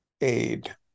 aid